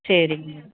சரிங்க